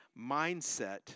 mindset